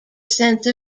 sense